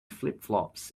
flipflops